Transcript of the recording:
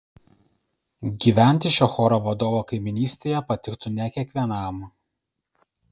gyventi šio choro vadovo kaimynystėje patiktų ne kiekvienam